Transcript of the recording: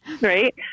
right